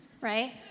right